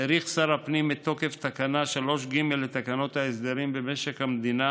האריך שר הפנים את תוקף התקנה 3ג לתקנות ההסדרים במשק המדינה